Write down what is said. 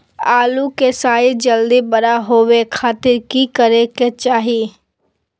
आलू के साइज जल्दी बड़ा होबे खातिर की करे के चाही?